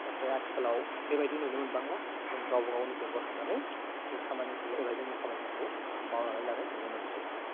नाथाय आथिखालाव बेबायदि नुनो मोनबांला जों गावबा गावनो बेंक आव थांनानै बे खामानिखौ एबा जोंनि खामानिखौ मावनानै लानाय नुनो मोनसै